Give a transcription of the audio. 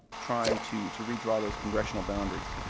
trying to to redraw those congressional boundaries.